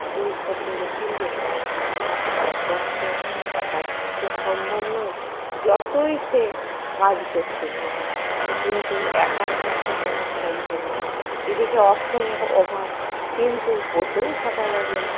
জিনিসপত্রগুলো তুলবে কি করে চাষবাস তো একার পক্ষে সম্ভব নয় যতই সে কাজ করতে থাকুক কিন্তু একার পক্ষে করা সম্ভব নয় এদিকে অর্থ অভাব কিন্তু বসেও থাকা যাবে না